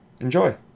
enjoy